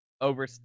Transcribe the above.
over